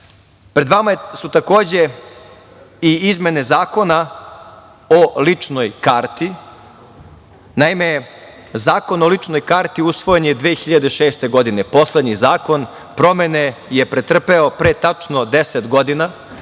vama su takođe i izmene Zakona o ličnoj karti. Naime, Zakon o ličnoj karti usvojen je 2006. godine. Poslednji zakon promene je pretrpeo pre tačno deset godina,